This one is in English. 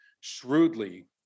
shrewdly